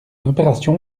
opération